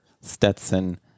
Stetson